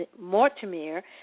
Mortimer